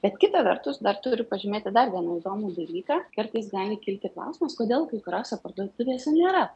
bet kita vertus dar turiu pažymėti dar vieną įdomų dalyką kartais gali kilti klausimas kodėl kai kuriose parduotuvėse nėra